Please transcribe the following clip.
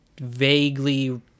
vaguely